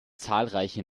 zahlreiche